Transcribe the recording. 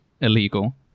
illegal